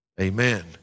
Amen